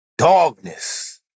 dogness